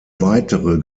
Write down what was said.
weitere